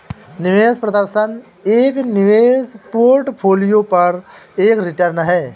निवेश प्रदर्शन एक निवेश पोर्टफोलियो पर एक रिटर्न है